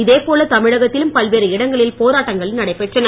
இதே போல தமிழகத்திலும் பல்வேறு இடங்களில் போராட்டங்கள் நடைபெற்றன